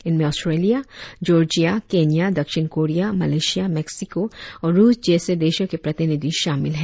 इनमें Australia Georgia Kenya दक्षिण Korea Malaysia Mexico और रुस जैसे देशों के प्रतिनिधि शामिल हैं